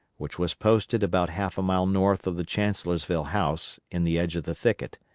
which was posted about half a mile north of the chancellorsville house in the edge of the thicket,